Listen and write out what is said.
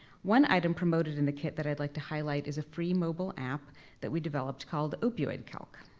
one item promoted in the kit that i'd like to highlight is a free mobile app that we developed called opioidcalc.